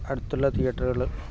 അടുത്തുള്ള തിയറ്ററുകളൾ